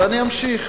ואני אמשיך.